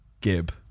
Gib